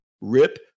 rip